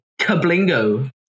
Kablingo